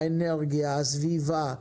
האנרגיה, הסביבה,